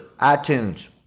iTunes